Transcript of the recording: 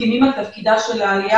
מסכימים על תפקידה של העלייה,